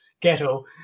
ghetto